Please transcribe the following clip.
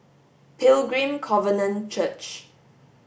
Pilgrim Covenant Church